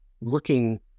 looking